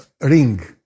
ring